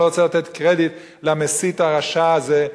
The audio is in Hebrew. אני לא רוצה לתת קרדיט למסית הרשע הזה,